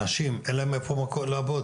אנשים אין להם איפה לעבוד,